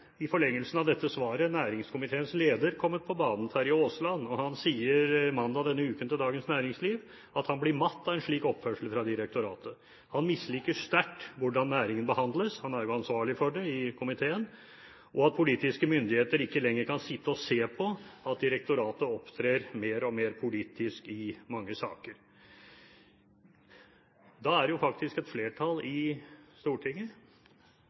næringskomiteens leder, Terje Aasland, kommet på banen, og han sier mandag denne uken til Dagens Næringsliv at han blir «helt matt» av en slik oppførsel fra direktoratet. Han misliker sterkt hvordan næringen behandles – han er jo ansvarlig for det i komiteen – og han sier at politiske myndigheter ikke lenger kan sitte og se på at direktoratet opptrer mer og mer politisk i mange saker. Da er det jo faktisk et flertall i Stortinget